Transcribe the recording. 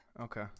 okay